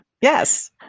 Yes